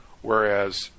whereas